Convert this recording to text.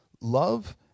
love